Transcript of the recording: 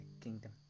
kingdom